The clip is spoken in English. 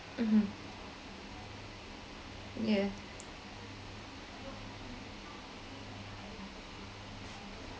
mmhmm yeah